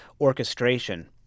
orchestration